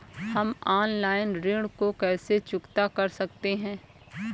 हम ऑनलाइन ऋण को कैसे चुकता कर सकते हैं?